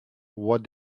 what